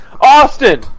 Austin